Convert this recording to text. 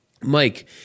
mike